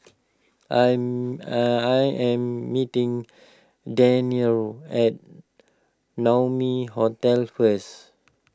I'm and I am meeting Daniel at Naumi Hotel first